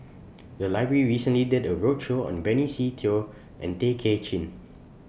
The Library recently did A roadshow on Benny Se Teo and Tay Kay Chin